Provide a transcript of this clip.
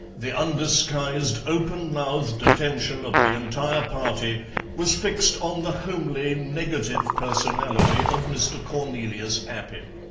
the undisguised openmouthed attention of the entire party was fixed on the homely negative personality of mr. cornelius appin.